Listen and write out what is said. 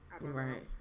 Right